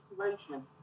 situation